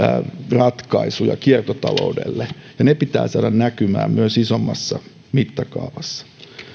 ratkaisuja kiertotaloudelle ja ne pitää saada näkymään myös isommassa mittakaavassa